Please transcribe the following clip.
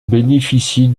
bénéficie